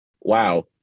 wow